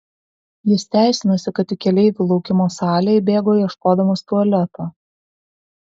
jis teisinosi kad į keleivių laukimo salę įbėgo ieškodamas tualeto